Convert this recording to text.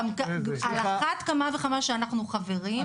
על אחת כמה וכמה שאנחנו חברים,